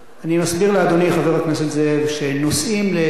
אני מסביר לאדוני חבר הכנסת זאב שנושאים שעולים